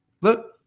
look